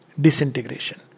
disintegration